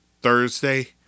Thursday